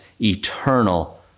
eternal